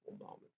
moment